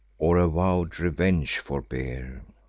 or a vow'd revenge forbear.